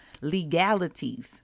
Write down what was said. legalities